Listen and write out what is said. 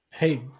Hey